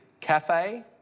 Cafe